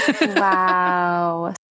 Wow